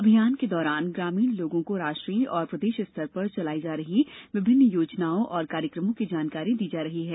अभियान के दौरान ग्रामीण लोगों को राष्ट्रीय और प्रदेश स्तर पर चलाई जा रही विभिन्न योजनाओं और काय्रकमों की जानकारी दी जा रही है